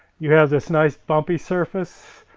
you have this nice bumpy surface,